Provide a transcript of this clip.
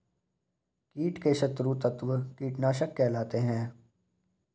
कीट के शत्रु तत्व कीटनाशक कहलाते हैं